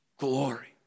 Glory